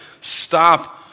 stop